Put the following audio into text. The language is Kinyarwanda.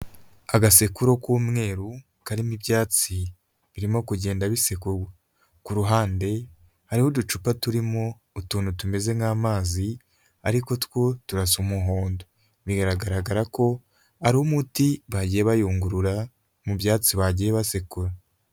Agasekururo k'umweru karimo ibyatsi birimo kugenda bisekurwa, ku ruhande hariho uducupa turimo utuntu tumeze nk'amazi ariko two turasa umuhondo biragaragara ko ari umuti bagiye bayungurura mu byatsi bagiye basekura.